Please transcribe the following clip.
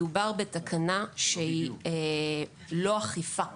מדובר בתקנה לא אכיפה,